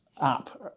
app